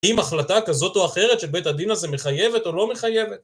אם החלטה כזאת או אחרת של בית הדין הזה מחייבת או לא מחייבת?